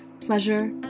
pleasure